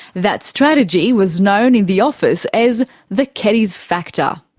that strategy was known in the office as the keddies factor.